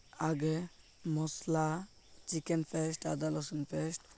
ଆଗେ masala chicken paste ଆଦା ଲସୁନ୍ ଫେଷ୍ଟ୍